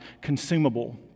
consumable